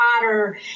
Potter